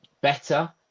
better